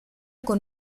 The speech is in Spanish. con